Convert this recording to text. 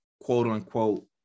quote-unquote